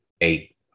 eight